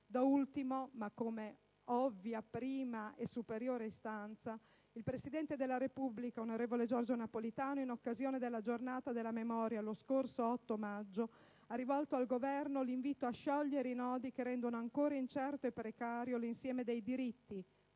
operato. Infine, l'ultima e superiore istanza, il presidente della Repubblica, Giorgio Napolitano, in occasione della Giornata della memoria lo scorso 8 maggio ha rivolto al Governo l'invito a sciogliere i nodi che rendono ancora incerto e precario l'insieme dei diritti,